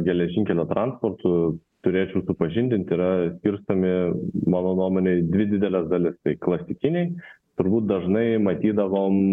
geležinkelio transportu turėčiau supažindint yra skirstomi mano nuomone į dvi dideles dalis tai klasikiniai turbūt dažnai matydavom